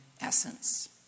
essence